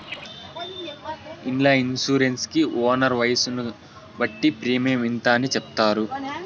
ఇండ్ల ఇన్సూరెన్స్ కి ఓనర్ వయసును బట్టి ప్రీమియం ఇంత అని చెప్తారు